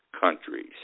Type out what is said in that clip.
countries